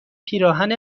پیراهن